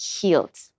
healed